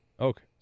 Okay